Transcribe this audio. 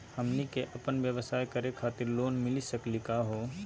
हमनी क अपन व्यवसाय करै खातिर लोन मिली सकली का हो?